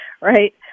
right